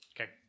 Okay